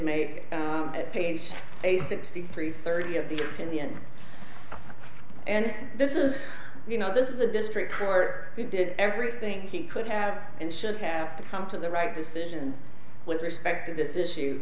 make at page a sixty three thirty of the opinion and this is you know this is a district court who did everything he could have and should have come to the right decision with respect to this issue